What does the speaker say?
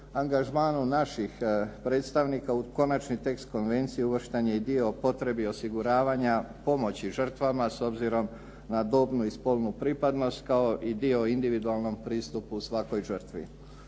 angažmanu naših predstavnika u konačni tekst konvencije uvršten je i dio o potrebi osiguravanja pomoći žrtvama s obzirom na dobnu i spolnu pripadnost, kao i dio individualnom pristupu svakoj žrtvi.